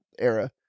era